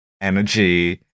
energy